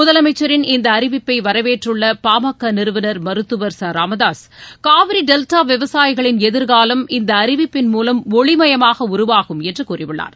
முதலமைச்சரின் இந்த அறிவிப்பை வரவேற்றுள்ள பா ம க நிறுவனர் மருத்துவர் ச ராமதாக காவிரி டெல்டா விவசாயிகளின் எதிர்காலம் இந்த அறிவிப்பின் மூலம் ஒளிமயமாக உருவாகும் என்று கூறியுள்ளார்